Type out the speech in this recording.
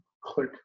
click